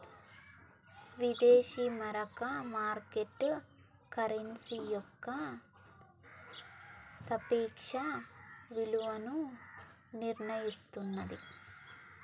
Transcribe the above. విదేశీ మారక market currency యొక్క సాపేక్ష విలువను నిర్ణయిస్తన్నాది